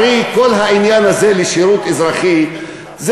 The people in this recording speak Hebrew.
הרי כל העניין הזה של שירות אזרחי זה